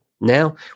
Now